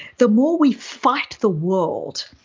the more we fight the world,